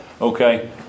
okay